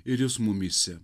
ir jis mumyse